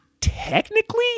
technically